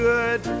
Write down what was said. Good